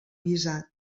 guisat